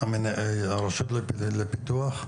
הרשות לפיתוח?